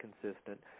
consistent